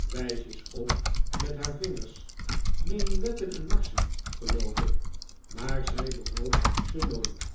wijsjes op met haar vingers menuetten en marschen geloof ik maar zij bewoog ze nooit